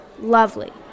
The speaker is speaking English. lovely